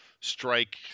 strike